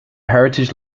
heritage